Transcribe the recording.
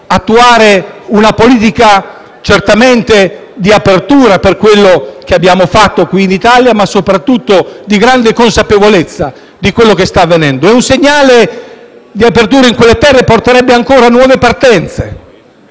attuare una politica certamente di apertura per quanto abbiamo fatto qui in Italia, ma soprattutto di grande consapevolezza di quella che è la realtà. Un segnale di apertura in quelle terre porterebbe ancora a nuove partenze;